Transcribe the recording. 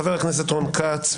חבר הכנסת רון כץ,